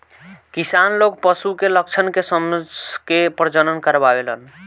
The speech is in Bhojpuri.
किसान लोग पशु के लक्षण के समझ के प्रजनन करावेलन